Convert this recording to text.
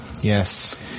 Yes